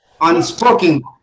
unspoken